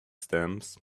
stamps